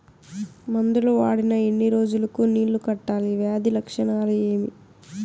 మందులు వాడిన ఎన్ని రోజులు కు నీళ్ళు కట్టాలి, వ్యాధి లక్షణాలు ఏమి?